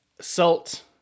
salt